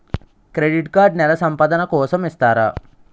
Credit card నెల సంపాదన కోసం ఇస్తారా?